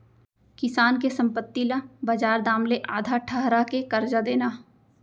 किसान के संपत्ति ल बजार दाम ले आधा ठहरा के करजा देना